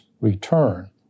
return